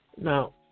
Now